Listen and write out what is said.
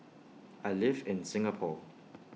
I live in Singapore